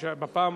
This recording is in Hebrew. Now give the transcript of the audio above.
כשהיה, בפעם,